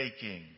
taking